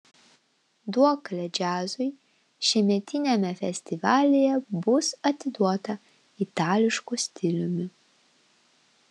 duoklė džiazui šiemetiniame festivalyje bus atiduota itališku stiliumi